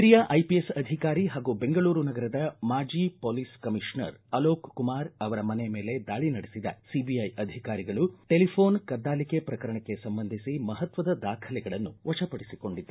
ಹಿರಿಯ ಐಪಿಎಸ್ ಅಧಿಕಾರಿ ಹಾಗೂ ಬೆಂಗಳೂರು ನಗರದ ಮಾಜಿ ಮೊಲೀಸ್ ಕಮಿಷನರ್ ಅಲೋಕ್ಕುಮಾರ್ ಅವರ ಮನೆ ಮೇಲೆ ದಾಳಿ ನಡೆಸಿದ ಸಿಬಿಐ ಅಧಿಕಾರಿಗಳು ಟೆಲಿಫೋನ್ ಕದ್ವಾಲಿಕೆ ಪ್ರಕರಣಕ್ಕೆ ಸಂಬಂಧಿಸಿ ಮಪತ್ವದ ದಾಖಲೆಗಳನ್ನು ವಶಪಡಿಸಿಕೊಂಡಿದ್ದಾರೆ